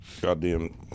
goddamn